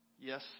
Yes